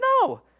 No